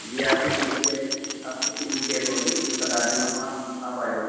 جی آپ کی C B check آپ کی سی بی چیک ہوگی پھر بتا دیں گے ہم آپ آپ آ جاؤ